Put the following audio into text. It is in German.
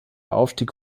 aufstieg